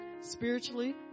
Spiritually